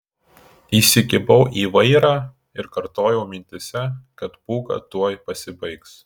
įsikibau į vairą ir kartojau mintyse kad pūga tuoj pasibaigs